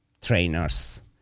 trainers